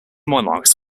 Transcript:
monarchs